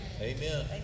Amen